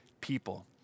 people